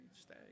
stay